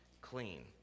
clean